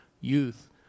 youth